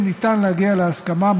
אם ניתן להגיע להסכמה,